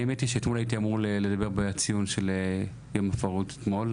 האמת הייתי צריך לדבר אתמול לדבר בציון של יום הפרהוד אתמול,